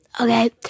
okay